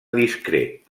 discret